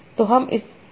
तो हम इस ट्वीट को देखें